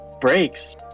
breaks